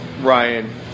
Ryan